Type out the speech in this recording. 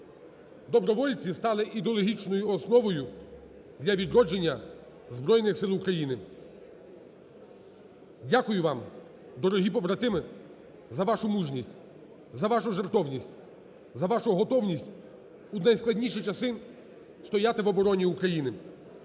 Добровольці стали ідеологічною основою для відродження Збройних Сил України. Дякую вам, дорогі побратими, за вашу мужність, за вашу жертовність, за вашу готовність у найскладніші часи стояти в обороні України.